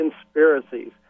conspiracies